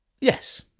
Yes